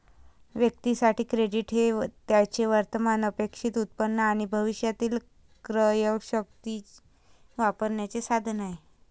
व्यक्तीं साठी, क्रेडिट हे त्यांचे वर्तमान अपेक्षित उत्पन्न आणि भविष्यातील क्रयशक्ती वापरण्याचे साधन आहे